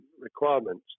requirements